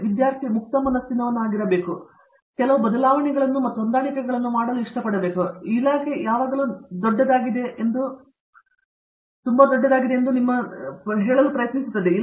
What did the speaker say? ಆದ್ದರಿಂದ ವಿದ್ಯಾರ್ಥಿ ಮುಕ್ತ ಮನಸ್ಸಿನವನಾಗಿರುತ್ತಾನೆ ಮತ್ತು ಕೆಲವು ಬದಲಾವಣೆಗಳನ್ನು ಮತ್ತು ಹೊಂದಾಣಿಕೆಗಳನ್ನು ಮಾಡಲು ಇಷ್ಟಪಡುತ್ತಾನೆ ಹೀಗೆ ಇಲಾಖೆ ಯಾವಾಗಲೂ ನಿಮಗೆ ತುಂಬಾ ದೊಡ್ಡದಾಗಿದೆ ಎಂದು ಕಳುಹಿಸಲು ಪ್ರಯತ್ನಿಸುತ್ತದೆ